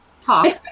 Talk